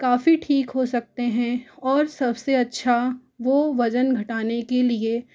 काफ़ी ठीक हो सकते हैं और सबसे अच्छा वो वजन घटाने के लिए